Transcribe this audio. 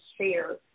share